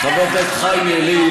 אולי תיתן תשובות ענייניות?